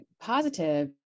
Positive